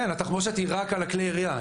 כן, התחמושת היא רק על כלי הירייה.